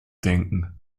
denken